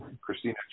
Christina